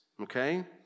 okay